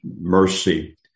mercy